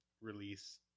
release